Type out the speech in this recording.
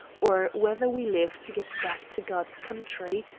or whether we live to get back to god's country,